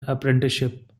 apprenticeship